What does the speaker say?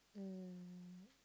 mm